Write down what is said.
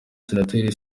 senateri